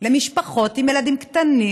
למשפחות עם ילדים קטנים.